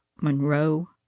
Monroe